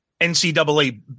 ncaa